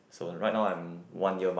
so right now I'm one year mark